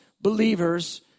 believers